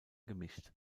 gemischt